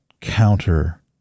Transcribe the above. counter